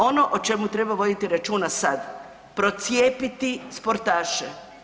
Ono o čemu treba voditi računa sad, procijepiti sportaše.